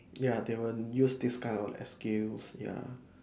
ya they will use this kind of excuse ya